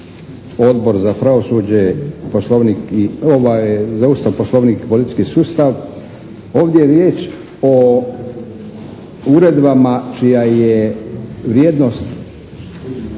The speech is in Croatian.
Odbor za Ustav, Poslovnik i politički sustav. Ovdje je riječ o uredbama čija je vrijednost